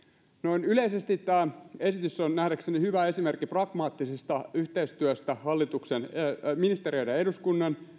noin yleisesti tämä esitys on nähdäkseni hyvä esimerkki pragmaattisesta yhteistyöstä ministereiden ja eduskunnan